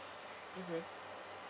mmhmm